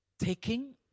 taking